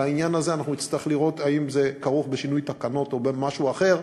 לעניין הזה אנחנו נצטרך לראות אם זה כרוך בשינוי תקנות או במשהו אחר,